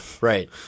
right